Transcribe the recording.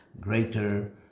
greater